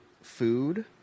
food